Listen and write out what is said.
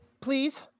please